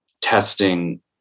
testing